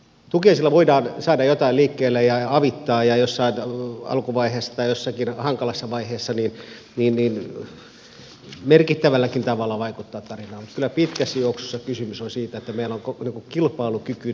tukiaisilla voidaan saada jotain liikkeelle ja avittaa ja jossain alkuvaiheessa tai jossakin hankalassa vaiheessa merkittävälläkin tavalla vaikuttaa tarinaan mutta kyllä pitkässä juoksussa kysymys on siitä että meillä on kilpailukykyinen yhteiskunta